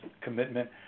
commitment